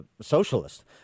socialist